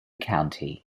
county